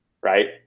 right